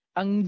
ang